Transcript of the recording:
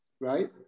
right